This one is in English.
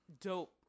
Dope